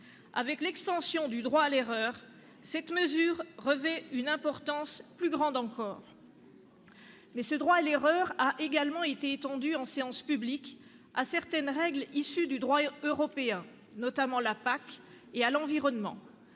Avec l'extension du droit à l'erreur, cette mesure revêt une importance plus grande encore. Mais ce droit à l'erreur a également été étendu, en séance publique, à certaines règles issues du droit européen, notamment la politique agricole